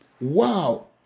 Wow